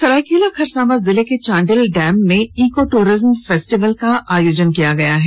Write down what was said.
सरायकेला खरसावां जिले के चांडिल डैम में इको टूरिज्म फेस्टिवल का आयोजन किया जाएगा